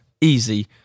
easy